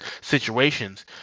situations